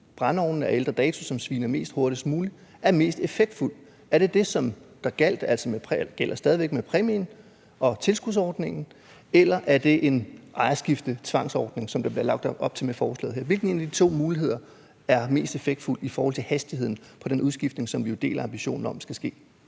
brændeovne af ældre dato, som sviner mest, hurtigst muligt? Er det det, der gjaldt, og som stadig væk gælder, med præmien og med tilskudsordningen, eller er det en tvangsordning ved ejerskifte, som der blev lagt op til med lovforslaget her? Hvilken af de to muligheder er den mest effektfulde i forhold til hastigheden på den udskiftning, som vi jo deler ambitionen om skal ske?